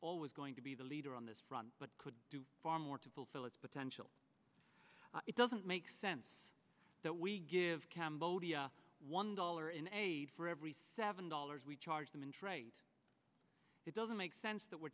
always going to be the leader on this front but could do far more to fulfill its potential it doesn't make sense that we give cambodia one dollar in aid for every seven dollars we charge them in trade it doesn't make sense that we're